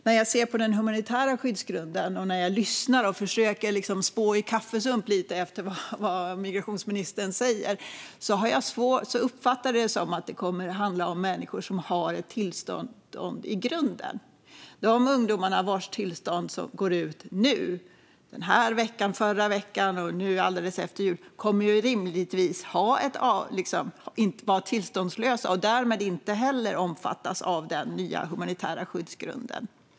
När jag ser på den humanitära skyddsgrunden och när jag lyssnar och försöker att lite grann spå i kaffesump utefter vad migrationsministern säger uppfattar jag det som att det kommer att handla om människor som har ett tillstånd i grunden. De ungdomarna vars tillstånd går ut nu, den här veckan, i förra veckan och alldeles efter jul, kommer rimligtvis att vara tillståndslösa och därmed inte heller omfattas av den nya humanitära skyddsgrunden.